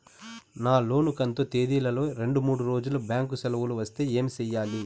నా లోను కంతు తేదీల లో రెండు మూడు రోజులు బ్యాంకు సెలవులు వస్తే ఏమి సెయ్యాలి?